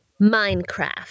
Minecraft